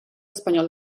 espanyol